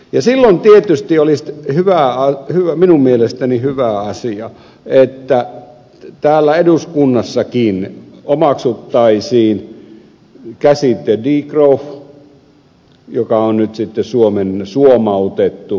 ja silloin tietysti olisi minun mielestäni hyvä asia että täällä eduskunnassakin omaksuttaisiin käsite degrowth joka on nyt sitten suomautettu kohtuutaloudeksi